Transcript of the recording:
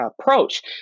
approach